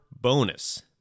bonus